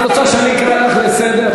את, את רוצה שאני אקרא אותך לסדר?